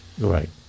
Right